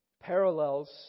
parallels